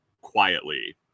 quietly